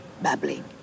babbling